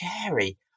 scary